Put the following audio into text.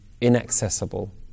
inaccessible